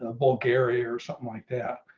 ah bulgaria or something like that.